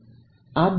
ಆದ್ದರಿಂದ ಸೈನ್ θ